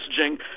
messaging